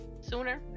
sooner